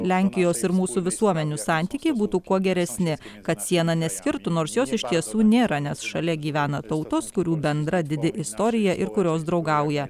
lenkijos ir mūsų visuomenių santykiai būtų kuo geresni kad siena neskirtų nors jos iš tiesų nėra nes šalia gyvena tautos kurių bendra didi istorija ir kurios draugauja